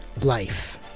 Life